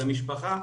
למשפחה,